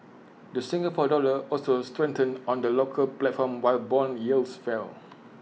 the Singapore dollar also strengthened on the local platform while Bond yields fell